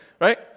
right